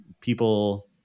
people